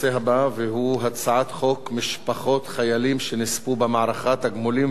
והוא הצעת חוק משפחות חיילים שנספו במערכה (תגמולים ושיקום)